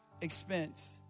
expense